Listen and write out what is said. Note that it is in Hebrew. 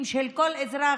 משם מתחיל כל הסיפור,